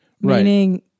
Meaning